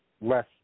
less